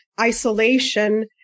isolation